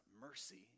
mercy